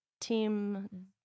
team